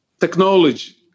technology